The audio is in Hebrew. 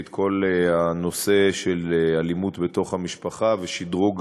את כל הנושא של אלימות בתוך המשפחה ושדרוג